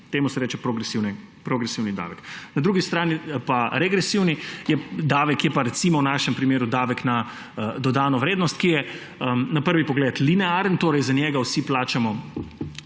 Temu se reče progresivni davek. Na drugi strani pa je regresivni davek, recimo, v našem primeru je davek na dodano vrednost, ki je na prvi pogled linearen, torej za njega vsi plačamo